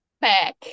back